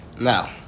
Now